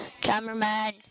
cameraman